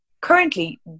currently